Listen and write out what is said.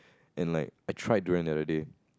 and like I tried durian the other day